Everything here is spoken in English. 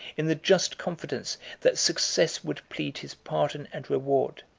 in the just confidence that success would plead his pardon and reward.